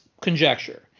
conjecture